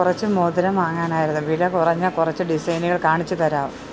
കുറച്ച് മോതിരം വാങ്ങാനായിരുന്നു വില കുറഞ്ഞ കുറച്ചു ഡിസൈനുകൾ കാണിച്ചു തരാം